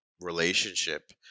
relationship